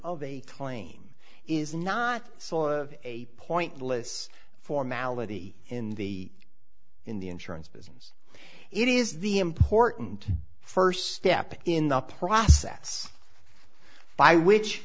of a plane is not a pointless formality in the in the insurance business it is the important first step in the process by which